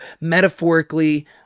metaphorically